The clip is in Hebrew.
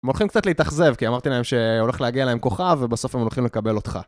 הם הולכים קצת להתאכזב כי אמרתי להם שהולך להגיע להם כוכב ובסוף הם הולכים לקבל אותך.